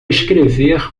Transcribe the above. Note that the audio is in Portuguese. escrever